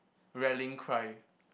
rallying cry